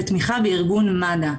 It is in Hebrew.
לתמיכה בארגון מד"א.